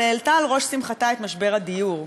העלתה על ראש שמחתה את משבר הדיור.